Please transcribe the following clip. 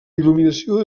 il·luminació